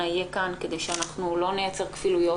יהיה כאן כדי שאנחנו לא נייצר כפילויות.